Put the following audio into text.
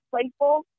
playful